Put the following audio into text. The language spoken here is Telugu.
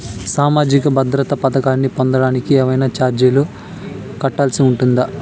సామాజిక భద్రత పథకాన్ని పొందడానికి ఏవైనా చార్జీలు కట్టాల్సి ఉంటుందా?